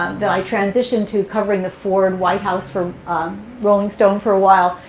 um then i transitioned to covering the ford white house for rolling stone for a while.